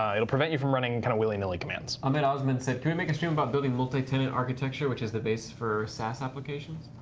it'll prevent you from running kind of willy nilly commands. colton um and ogden said, can we make a stream about building multitenant architecture, which is the base for saas applications?